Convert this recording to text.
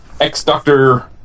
ex-doctor